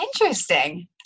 Interesting